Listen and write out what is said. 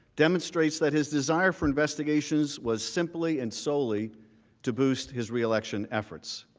demonstrates that his desire for investigations was simply and solely to boost his reelection efforts.